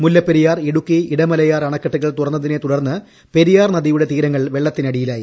മുല്ലപ്പെരിയാർ ഇടുക്കി ഇടമലയാർ അണക്കെട്ടുകൾ തുറന്നുവിട്ടതിനെ തുടർന്ന് പെരിയാർ നദിയുടെ തീരങ്ങൾ വെളളത്തിനടിയിലായി